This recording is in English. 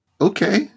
Okay